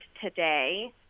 today